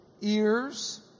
ears